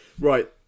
Right